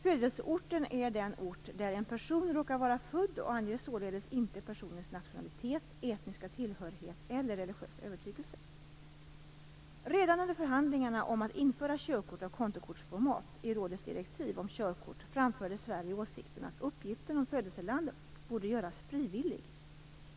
Födelseorten är den ort där en person råkar vara född och anger således inte personens nationalitet, etniska tillhörighet eller religiösa övertygelse. Redan under förhandlingarna om att införa körkort av kontokortsformat i rådets direktiv om körkort framförde Sverige åsikten att uppgiften om födelseland borde göras frivillig.